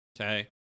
Okay